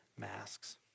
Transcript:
masks